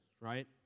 right